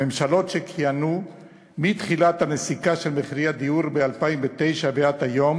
הממשלות שכיהנו מתחילת הנסיקה של מחירי הדיור ב-2009 ועד היום